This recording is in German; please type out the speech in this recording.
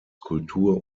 kultur